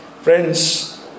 Friends